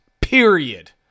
Period